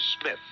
Smith